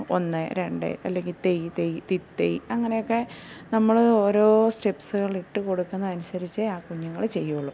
ഒന്നേ രണ്ടേ അല്ലെങ്കിൽ തൈ തൈ തിത്തൈ അങ്ങനെയൊക്കെ നമ്മൾ ഓരോ സ്റ്റെപ്സുകളിട്ട് കൊടുക്കുന്നത് അനുസരിച്ചെ ആ കുഞ്ഞുങ്ങൾ ചെയ്യൊള്ളൂ